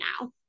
now